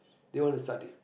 they want to study